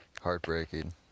heartbreaking